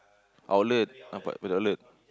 outlet ah pat